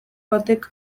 batek